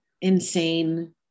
insane